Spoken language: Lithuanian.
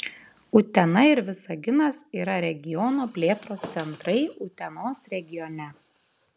utena ir visaginas yra regiono plėtros centrai utenos regione